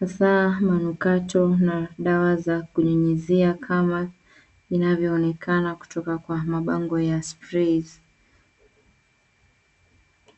hasaa manukato na dawa za kunyunyizia kama inavyoonekana kutoka kwa mabango ya [ cs] sprays .